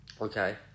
Okay